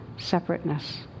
separateness